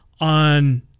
on